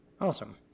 Awesome